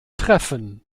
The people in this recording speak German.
treffen